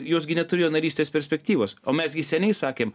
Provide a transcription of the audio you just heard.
jos gi neturėjo narystės perspektyvos o mes gi seniai sakėm